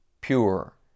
pure